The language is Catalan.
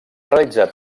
realitzat